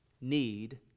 need